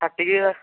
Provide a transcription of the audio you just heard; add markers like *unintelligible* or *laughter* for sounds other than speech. ଫାଟିକି *unintelligible*